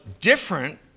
different